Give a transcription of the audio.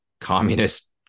communist